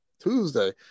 Tuesday